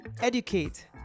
educate